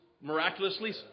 miraculously